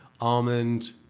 almond